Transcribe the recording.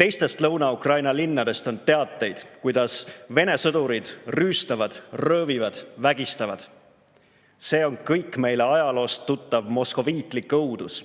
Teistest Lõuna-Ukraina linnadest on teateid, kuidas Vene sõdurid rüüstavad, röövivad, vägistavad. See kõik on meile ajaloost tuttav moskoviitlik õudus,